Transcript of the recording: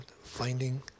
finding